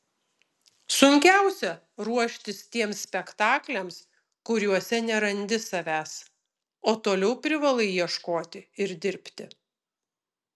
sunkiausia ruoštis tiems spektakliams kuriuose nerandi savęs o toliau privalai ieškoti ir dirbti